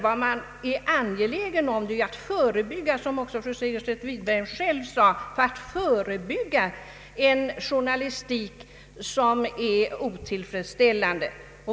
Det vi är angelägna om är, vilket också fru Segerstedt Wiberg själv sade, att förebygga en journalistik som är otillfredsställande.